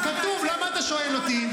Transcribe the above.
כתוב, למה אתה שואל אותי?